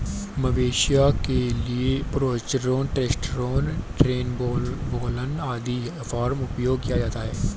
मवेशियों के लिए प्रोजेस्टेरोन, टेस्टोस्टेरोन, ट्रेनबोलोन आदि हार्मोन उपयोग किया जाता है